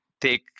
take